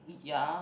ya